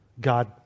God